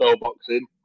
boxing